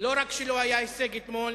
לא רק שלא היה הישג אתמול,